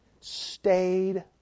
stayed